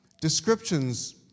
descriptions